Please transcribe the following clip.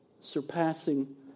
Surpassing